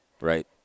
Right